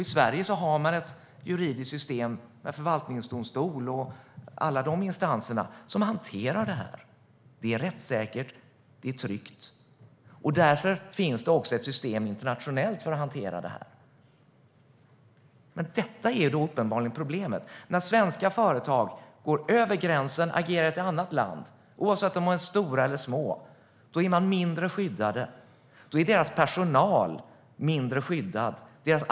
I Sverige har vi ett juridiskt system med förvaltningsdomstol och andra instanser som hanterar det. Det är rättssäkert och tryggt. Det finns också ett system internationellt för att hantera det. Problemet är att när svenska företag, oavsett om de är stora är små, går över gränsen och agerar i ett annat land är de och deras personal mindre skyddade.